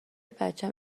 بچم